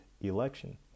election